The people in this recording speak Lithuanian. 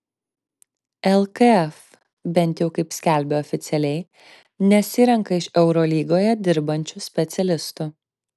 lkf bent jau kaip skelbia oficialiai nesirenka iš eurolygoje dirbančių specialistų